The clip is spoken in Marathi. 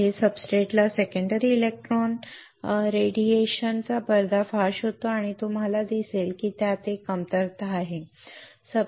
पुढे सब्सट्रेटला सेकंडरी इलेक्ट्रॉन रेडिएशनचा पर्दाफाश होतो तुम्हाला दिसेल की त्यात एक कमतरता आहे